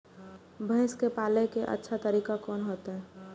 भैंस के पाले के अच्छा तरीका कोन होते?